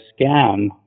scam